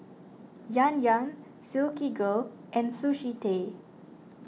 Yan Yan Silkygirl and Sushi Tei